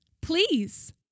Please